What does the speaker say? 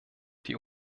die